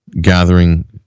gathering